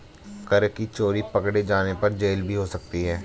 कर की चोरी पकडे़ जाने पर जेल भी हो सकती है